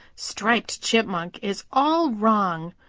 striped chipmunk is all wrong,